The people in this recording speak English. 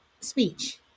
speech